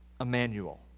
Emmanuel